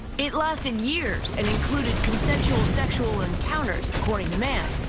it lasted years and included consensual sexual encounters, according to mann,